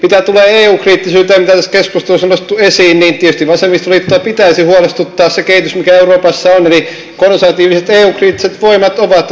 mitä tulee eu kriittisyyteen mitä tässä keskustelussa on nostettu esiin niin tietysti vasemmistoliittoa pitäisi huolestuttaa se kehitys mikä euroopassa on eli konservatiiviset ja eu kriittiset voimat ovat nousussa